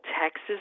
Texas